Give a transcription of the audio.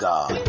God